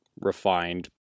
refined